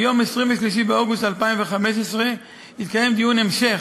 ביום 23 באוגוסט 2015 התקיים דיון המשך